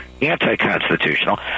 anti-constitutional